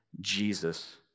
Jesus